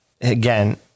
again